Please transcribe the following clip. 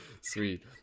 Sweet